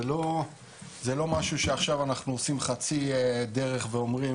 זה לא משהו שעכשיו אנחנו עושים חצי דרך ואומרים,